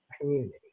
community